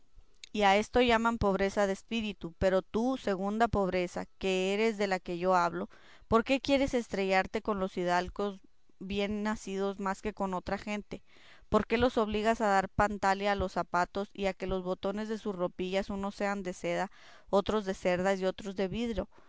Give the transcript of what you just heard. a esto llaman pobreza de espíritu pero tú segunda pobreza que eres de la que yo hablo por qué quieres estrellarte con los hidalgos y bien nacidos más que con la otra gente por qué los obligas a dar pantalia a los zapatos y a que los botones de sus ropillas unos sean de seda otros de cerdas y otros de vidro